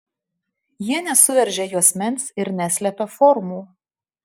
jie nesuveržia juosmens ir neslepia formų